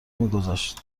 میگذاشت